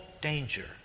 danger